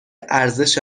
ارزش